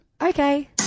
Okay